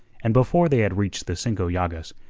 and before they had reached the cinco llagas,